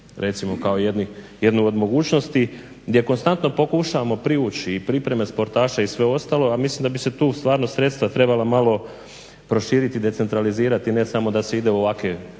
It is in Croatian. recimo kao jednu od mogućnosti gdje konstantno pokušavamo privući i pripreme sportaša i sve ostalo, a mislim da bi se tu stvarno sredstva trebala malo proširiti i decentralizirati, ne samo da se ide u ovakve